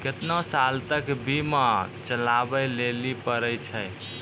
केतना साल तक बीमा चलाबै लेली पड़ै छै?